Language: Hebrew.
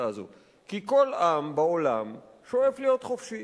כי כל עם בעולם שואף להיות חופשי.